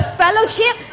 fellowship